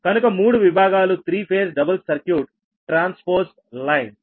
కనుక మూడు విభాగాలు three phase double circuit transpose lines